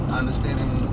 understanding